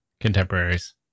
contemporaries